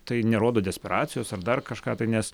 tai nerodo desperacijos ar dar kažką tai nes